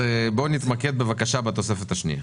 בואו נתמקד בבקשה בתוספת השנייה.